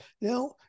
Now